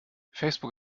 facebook